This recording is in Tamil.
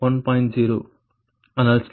0 ஆனால் ஸ்லாக் பஸ் வோல்டேஜ் 1